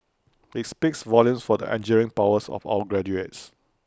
IT speaks volumes for the engineering prowess of our graduates